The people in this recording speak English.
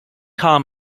car